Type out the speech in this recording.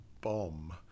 bomb